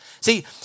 See